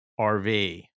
RV